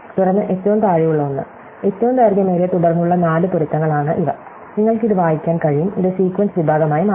തുടർന്ന് ഏറ്റവും താഴെയുള്ള ഒന്ന് ഏറ്റവും ദൈർഘ്യമേറിയ തുടർന്നുള്ള നാല് പൊരുത്തങ്ങൾ ആണ് ഇവ നിങ്ങൾക്ക് ഇത് വായിക്കാൻ കഴിയും ഇത് സീക്വൻസ് വിഭാഗമായി മാറുന്നു